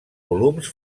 volums